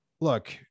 look